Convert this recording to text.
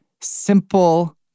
simple